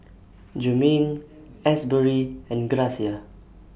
Jermaine Asbury and Gracia